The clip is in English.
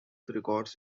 records